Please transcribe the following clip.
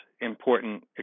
important